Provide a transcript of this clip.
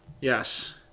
Yes